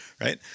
right